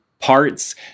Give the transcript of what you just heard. parts